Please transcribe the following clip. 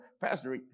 Pastor